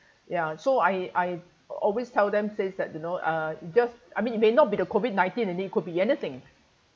ya so I I always tell them says that you know uh it just I mean you may not be the COVID nineteen and it could be anything